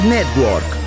Network